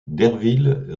derville